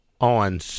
on